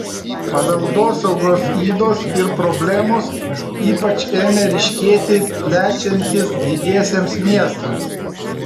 paveldosaugos ydos ir problemos ypač ėmė ryškėti plečiantis didiesiems miestams